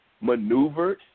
maneuvered